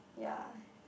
ya